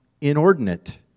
inordinate